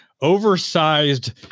oversized